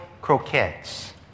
croquettes